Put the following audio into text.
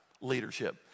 leadership